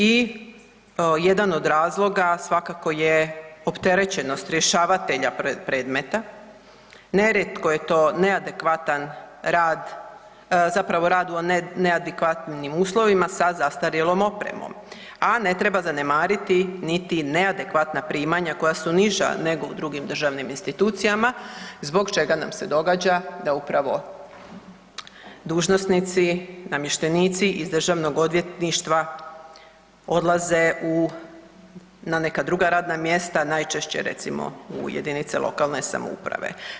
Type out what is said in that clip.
I jedan od razloga svakako je opterećenost rješavatelja predmeta, ne rijetko je to neadekvatan rad zapravo rad u neadekvatnim uslovima sa zastarjelom opremom, a ne treba zanemariti niti neadekvatna primanja koja su niža nego u drugim državnim institucijama zbog čega nam se događa da upravo dužnosnici, namještenici iz državnog odvjetništva odlaze na neka druga radna mjesta najčešće recimo u jedinice lokalne samouprave.